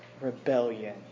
rebellion